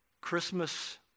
Christmas